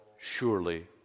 surely